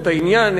את העניין,